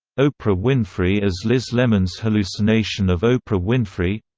oprah winfrey as liz lemon's hallucination of oprah winfrey